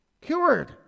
cured